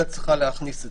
כמה היה נגד?